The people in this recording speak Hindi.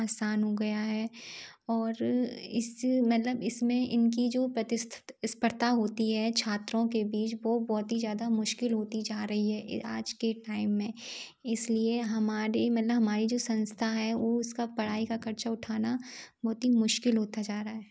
आसान हो गया है और इस मतलब इस में इनकी जो प्रतिस्पर्धा होती है छात्रों के बीच वो बहुत ही ज़्यादा मुश्किल होती जा रही हैं ये आज के टाइम में इसलिए हमारी मतलब हमारी जो संस्था है वो उसका पढ़ाई का ख़र्च उठना बहुत ही मुश्किल होता जा रहा हैं